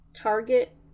Target